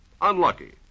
Unlucky